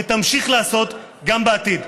ותמשיך לעשות גם בעתיד.